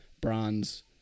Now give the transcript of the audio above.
Bronze